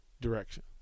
direction